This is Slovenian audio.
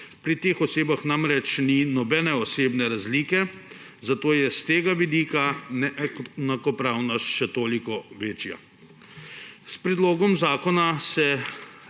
Pri teh osebah namreč ni nobene osebne razlike, zato je s tega vidika neenakopravnost še toliko večja.